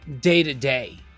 day-to-day